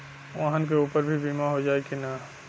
वाहन के ऊपर भी बीमा हो जाई की ना?